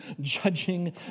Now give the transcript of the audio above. judging